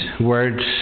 words